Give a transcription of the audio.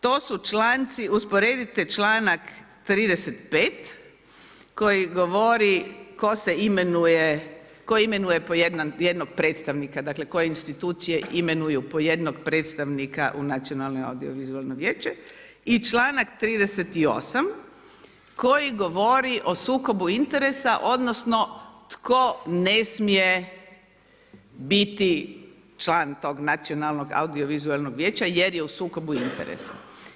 To su članci, usporedite članak 35. koji govori, tko se imenuje, tko imenuje po jednog predstavnika, dakle, koje institucije imenuju po jednog predstavnika u nacionalno audio-vizualno vijeće i čl. 38. koji govori o sukobu interesa, odnosno tko ne smije biti član tog nacionalnog audio-vizualnog vijeća jer je u sukobu interesa.